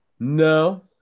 No